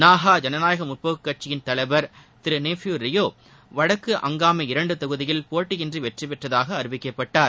நாகா ஜனநாயக முற்போக்கு கட்சியின் தலைவர் திரு நிஃபியூ ரியோ வடக்கு அங்காமி இரண்டு தொகுதியில் போட்டியின்றி வெற்றி பெற்றதாக அறிவிக்கப்பட்டார்